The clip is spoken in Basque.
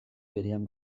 berean